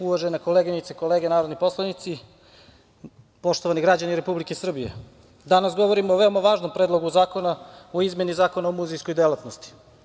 Uvažene koleginice i kolege narodni poslanici, poštovani građani Republike Srbije, danas govorimo o veoma važnom Predlogu zakona o izmeni Zakona o muzejskoj delatnosti.